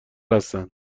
هستند